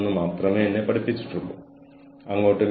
എന്താണ് ഫോറം